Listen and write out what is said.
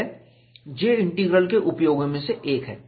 वह J integral के उपयोगों में से एक है